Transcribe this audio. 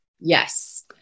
Yes